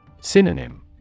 Synonym